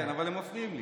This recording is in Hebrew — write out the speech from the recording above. כן, אבל הם מפריעים לי.